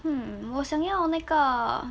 hmm 我想要那个